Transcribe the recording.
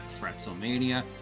Fretzelmania